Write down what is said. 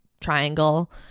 triangle